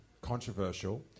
controversial